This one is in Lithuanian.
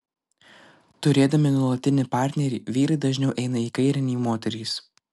turėdami nuolatinį partnerį vyrai dažniau eina į kairę nei moterys